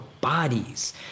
bodies